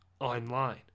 online